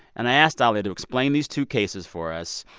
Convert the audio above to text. and i asked dahlia to explain these two cases for us,